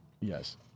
Yes